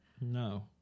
No